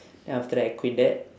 then after that I quit that